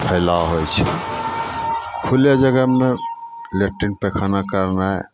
फैलाव होइ छै खुले जगहमे लैट्रिंग पैखाना करनाइ